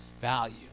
value